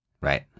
Right